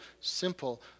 simple